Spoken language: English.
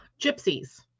gypsies